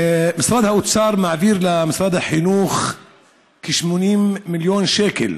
משרד האוצר מעביר למשרד החינוך כ-80 מיליון שקל